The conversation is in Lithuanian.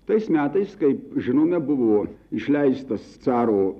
tais metais kaip žinome buvo išleistas caro